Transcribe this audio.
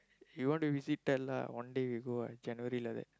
you want to visit tell lah one day we go January like that